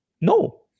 No